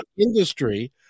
industry